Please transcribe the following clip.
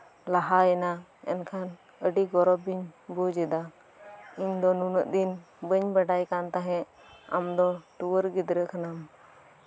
ᱞᱟᱦᱟᱭᱮᱱᱟ ᱮᱱᱠᱷᱟᱱ ᱟᱹᱰᱤ ᱜᱚᱨᱚᱵᱽ ᱜᱮ ᱵᱩᱡ ᱮᱫᱟ ᱤᱧ ᱫᱚ ᱱᱩᱱᱟᱹᱜ ᱫᱤᱱ ᱵᱟᱹᱧ ᱵᱟᱰᱟᱭ ᱠᱟᱱ ᱛᱟᱦᱮᱸᱫ ᱚᱞᱚᱜ ᱯᱟᱲᱦᱟᱜ ᱨᱮ